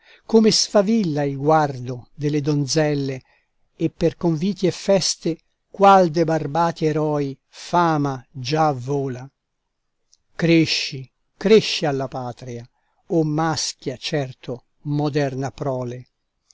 come sfavilla il guardo delle donzelle e per conviti e feste qual de barbati eroi fama già vola cresci cresci alla patria o maschia certo moderna prole